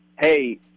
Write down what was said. hey